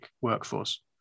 workforce